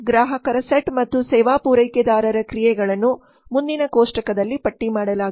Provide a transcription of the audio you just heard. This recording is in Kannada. ಗ್ರಾಹಕರ ಸೆಟ್ ಮತ್ತು ಸೇವಾ ಪೂರೈಕೆದಾರರ ಕ್ರಿಯೆಗಳನ್ನು ಮುಂದಿನ ಕೋಷ್ಟಕದಲ್ಲಿ ಪಟ್ಟಿ ಮಾಡಲಾಗಿದೆ